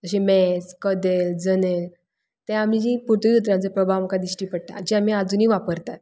जशें मॅज कदेल जनेल ते आमी जी पोर्तुगीज उतरांचो प्रभाव आमकां दिश्टी पडटा जे आमी आजुनूय वापरतात